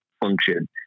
function